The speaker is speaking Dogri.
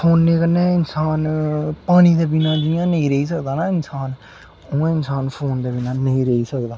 फोनै कन्नै इंसान पानी दे बिना जि'यां नेईं रेही सकदा ना इंसान उ'आं इंसान फोन दे बिना नेईं रेही सकदा